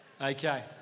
Okay